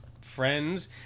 friends